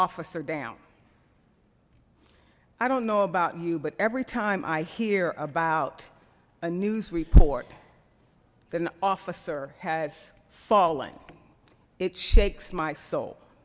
officer down i don't know about you but every time i hear about a news report the officer has fallen it shakes my